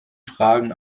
fragen